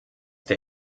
der